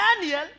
Daniel